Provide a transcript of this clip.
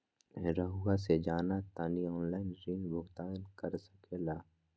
रहुआ से जाना तानी ऑनलाइन ऋण भुगतान कर सके ला?